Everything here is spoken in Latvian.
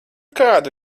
kādu